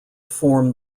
formed